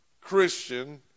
Christian